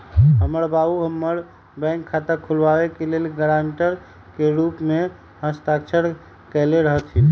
हमर बाबू हमर बैंक खता खुलाबे के लेल गरांटर के रूप में हस्ताक्षर कयले रहथिन